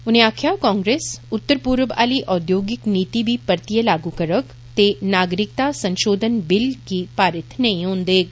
उनें आक्खेआ कांग्रेस उत्तर पूर्व आहली औद्योगिक नीति बी परतिए लागू करुग ते नागरिकता संषोधन बिल गी पारित नेईं होन देग